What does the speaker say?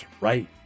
right